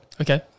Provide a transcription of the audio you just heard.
Okay